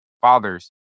fathers